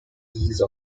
ease